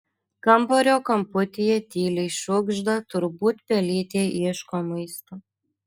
kambario kamputyje tyliai šiugžda turbūt pelytė ieško maisto